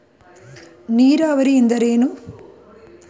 ನೀರಾವರಿ ಎಂದರೇನು?